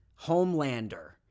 Homelander